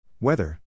Weather